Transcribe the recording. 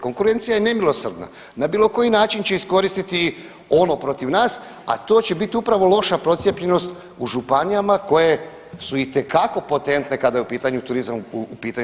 Konkurencija je nemilosrdna, na bilo koji način će iskoristiti ono protiv nas, a to će bit upravo loša procijepljenost u županijama koje su itekako potentne kada je u pitanju turizam, u pitanju.